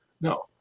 No